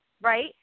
right